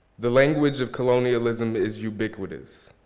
the language of colonialism is ubiquitous,